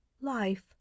Life